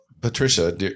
Patricia